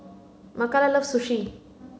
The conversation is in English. Makala love Sushi